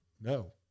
No